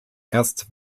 erst